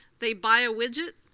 they buy widget,